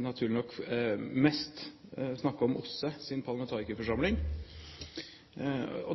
naturlig nok, å snakke mest om OSSEs parlamentarikerforsamling.